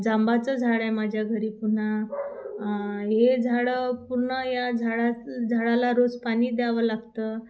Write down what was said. जांभळाचं झाडं आहे माझ्या घरी पुन्हा हे झाडं पुन्हा या झाड झाडाला रोज पाणी द्यावं लागतं